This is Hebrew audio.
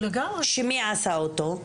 שמי עשה אותו?